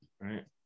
Right